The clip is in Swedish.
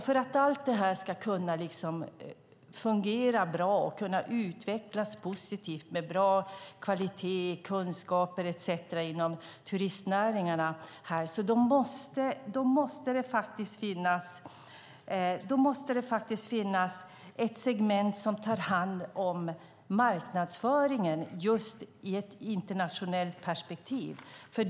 För att allt detta ska kunna fungera bra och utvecklas positivt med bra kvalitet, kunskaper etcetera inom turistnäringarna måste det finnas ett segment som tar hand om marknadsföringen i ett internationellt perspektiv.